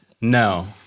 No